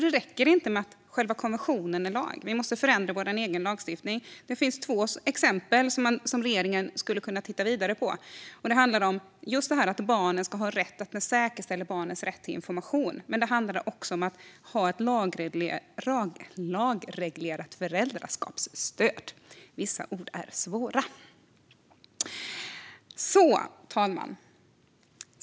Det räcker inte med att själva konvention är lag, utan vi behöver förändra vår egen lagstiftning. Det finns två exempel som regeringen skulle kunna titta vidare på. Bland annat måste vi säkerställa att barnen har rätt till information, och vi måste ha ett lagreglerat föräldraskapsstöd. Fru talman!